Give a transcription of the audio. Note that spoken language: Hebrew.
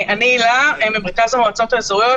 הילה ממרכז המועצות האזוריות,